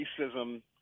racism